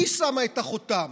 היא שמה את החותם.